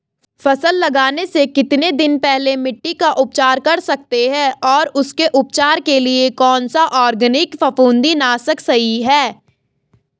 फसल लगाने से कितने दिन पहले मिट्टी का उपचार कर सकते हैं और उसके उपचार के लिए कौन सा ऑर्गैनिक फफूंदी नाशक सही है?